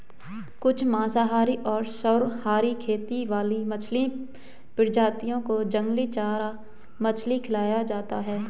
कुछ मांसाहारी और सर्वाहारी खेती वाली मछली प्रजातियों को जंगली चारा मछली खिलाया जाता है